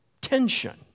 tension